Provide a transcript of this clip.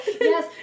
yes